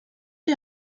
die